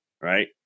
right